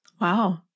Wow